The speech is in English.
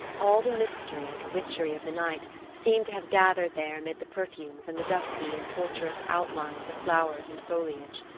all the mystery and witchery of the night seemed to have gathered there amid the perfumes and the dusky and tortuous outlines of flowers and foliage.